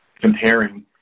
comparing